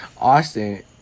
austin